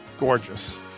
Gorgeous